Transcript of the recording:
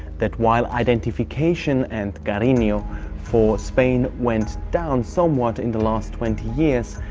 that while identification and carino for spain went down somewhat in the last twenty years,